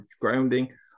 grounding